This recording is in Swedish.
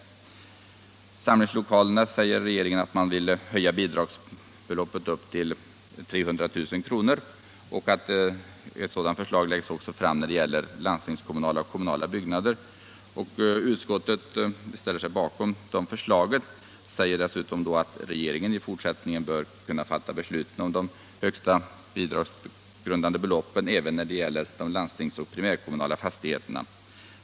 När det gäller samlingslokalerna beslutar regeringen om höjning av bidragsbeloppet till 300 000 kr. Ett motsvarande förslag framläggs när det gäller primärkommunala och landstingskommunala byggnader. Utskottet ställer sig bakom detta förslag och framhåller dessutom att regeringen i fortsättningen bör kunna fatta beslut om de högsta bidragsgrundande beloppen även när det gäller de primärkommunala och landstingskommunala fastigheterna.